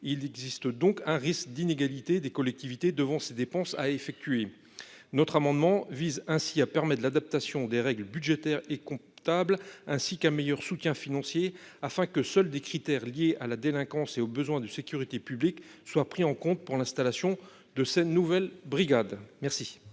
il existe donc un risque d'inégalité des collectivités devant ses dépenses à effectuer notre amendement vise ainsi à permet de l'adaptation des règles budgétaires et comptables, ainsi qu'un meilleur soutien financier afin que seuls des critères liés à la délinquance et au besoin de sécurité publique soient pris en compte pour l'installation de cette nouvelle brigade